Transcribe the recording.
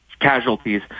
casualties